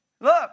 Look